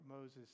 Moses